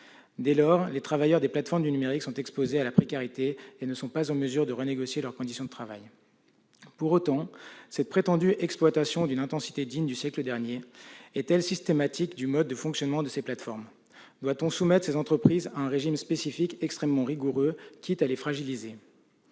Dès lors, les travailleurs des plateformes du numérique sont exposés à la précarité et ne sont pas en mesure de renégocier leurs conditions de travail. Pour autant, cette prétendue exploitation d'une intensité digne du siècle dernier est-elle systématique du mode de fonctionnement de ces plateformes ? Doit-on soumettre ces entreprises à un régime spécifique extrêmement rigoureux, quitte à les fragiliser ?